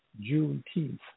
Juneteenth